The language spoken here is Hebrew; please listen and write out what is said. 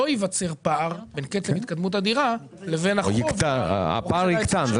לא ייווצר פער בין קצב התקדמות הדירה לבין החוב --- הפער יקטן.